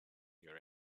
your